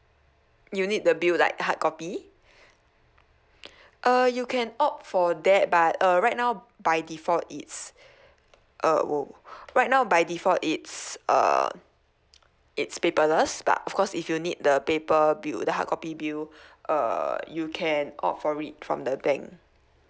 you need the bill like hard copy uh you can opt for that but uh right now by default it's a oh right now by default it's err it's paperless but of course if you need the paper bill the hard copy bill err you can opt for it from the bank